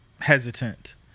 hesitant